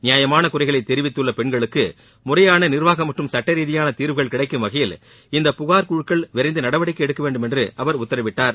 நியாயமான குறைகளை தெரிவித்துள்ள பெண்களுக்கு முறையான நிர்வாக மற்றும் சுட்டரீதியான தீர்வுகள் கிடைக்கும் வகையில் இந்த புகார் குழுக்கள் விரைந்து நடவடிக்கை எடுக்க வேண்டும் என்று அவர் உத்தரவிட்டார்